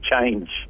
change